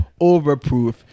overproof